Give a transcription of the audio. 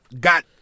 got